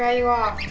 ah you off.